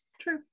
true